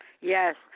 Yes